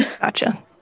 Gotcha